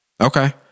Okay